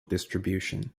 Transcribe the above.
distribution